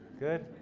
good.